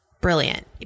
brilliant